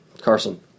Carson